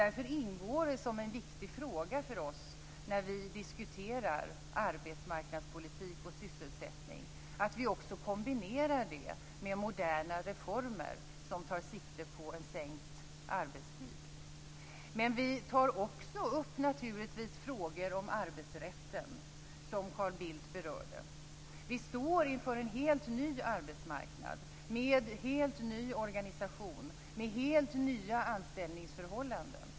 Därför ingår som en viktig fråga för oss när vi diskuterar arbetsmarknadspolitik och sysselsättning att vi också kombinerar det med moderna reformer som tar sikte på en sänkt arbetstid. Men vi tar naturligtvis också upp frågor om arbetsrätten, som Carl Bildt berörde. Vi står inför en helt ny arbetsmarknad med helt ny organisation, med helt nya anställningsförhållanden.